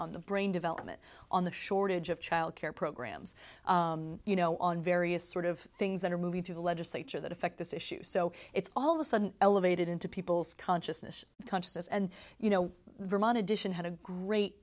on the brain development on the shortage of childcare programs you know on various sort of things that are moving through the legislature that affect this issue so it's all of a sudden elevated into people's consciousness consciousness and you know vermont edition had a great